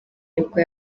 nibwo